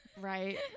right